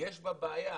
יש בה בעיה.